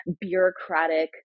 bureaucratic